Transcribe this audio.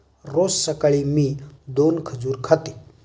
रोज सकाळी मी दोन खजूर खाते